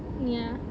ya